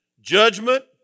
judgment